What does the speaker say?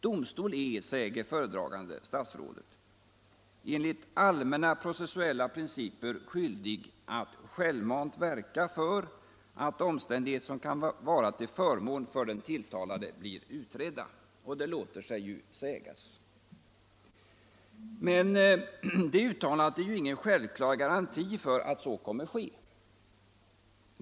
Domstol är, säger föredragande statsrådet, enligt allmänna processuella principer skyldig att självmant verka för att omständigheter som kan vara till förmån för den tilltalade blir utredda. Det låter sig ju sägas. Men det uttalandet är ingen självklar garanti för att så kommer att ske.